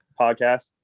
podcast